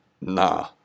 nah